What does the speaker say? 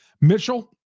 Mitchell